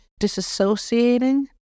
disassociating